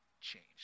change